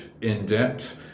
in-depth